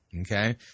okay